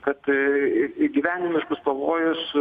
kad į į gyvenimiškus pavojus